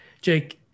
Jake